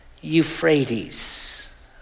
Euphrates